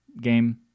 game